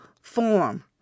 form